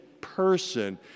person